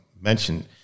mentioned